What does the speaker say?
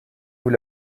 vous